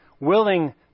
willing